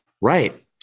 Right